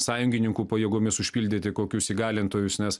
sąjungininkų pajėgomis užpildyti kokius įgalintojus nes